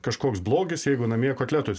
kažkoks blogis jeigu namie kotletus